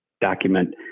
document